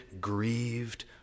grieved